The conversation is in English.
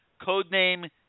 codename